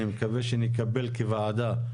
אני מקווה שנקבל, כוועדה.